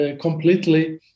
completely